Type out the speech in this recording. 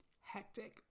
hectic